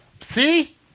See